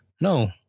No